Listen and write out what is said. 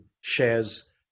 shares